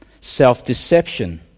self-deception